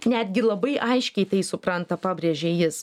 netgi labai aiškiai tai supranta pabrėžė jis